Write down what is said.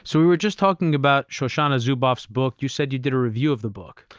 so we were just talking about shoshana zuboff's book. you said you did a review of the book?